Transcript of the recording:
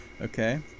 Okay